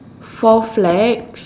four flags